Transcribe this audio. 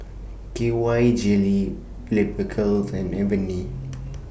K Y Jelly Blephagel and Avene